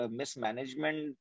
mismanagement